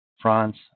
France